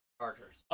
Chargers